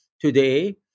today